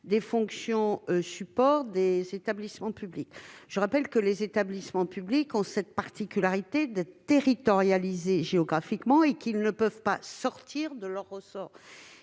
des fonctions support des établissements publics. Je rappelle que les établissements publics ont cette particularité d'être territorialisés géographiquement et de ne pouvoir agir en dehors de leur ressort.